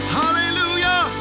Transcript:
hallelujah